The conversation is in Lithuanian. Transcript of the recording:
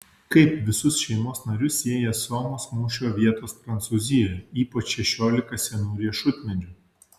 kaip visus šeimos narius sieja somos mūšio vietos prancūzijoje ypač šešiolika senų riešutmedžių